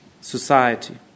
society